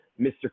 Mr